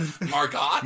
margot